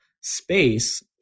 space